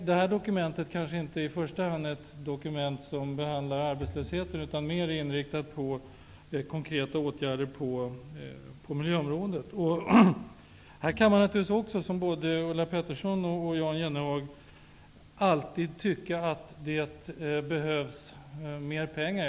Detta dokument är kanske inte i första hand ett dokument som behandlar arbetslösheten, utan det är mer inriktat på konkreta åtgärder på miljöområdet. Man kan naturligtvis också, i likhet med Ulla Pettersson och Jan Jennehag, tycka att mer pengar behövs.